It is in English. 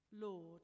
Lord